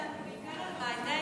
שמת לב שענית לנו בעיקר על מעייני